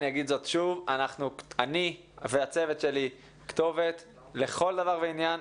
אגיד שוב: אני והצוות שלי כתובת לכל דבר ועניין.